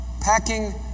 packing